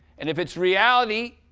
and if it's reality,